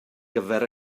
gyfer